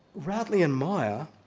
routley and meyer